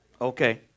Okay